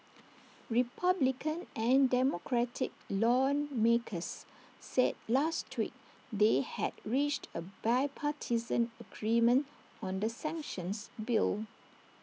republican and democratic lawmakers said last week they had reached A bipartisan agreement on the sanctions bill